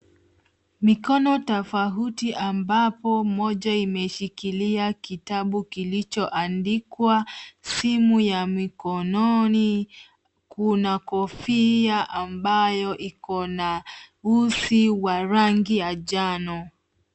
Mikono tofauti ambapo moja imeshikilia kitabu kilichoandikwa, simu ya mikononi, kuna kofia ambayo iko na uzi wa rangi ya njano.